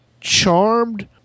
Charmed